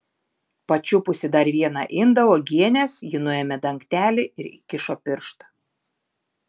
pačiupusi dar vieną indą uogienės ji nuėmė dangtelį ir įkišo pirštą